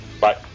Bye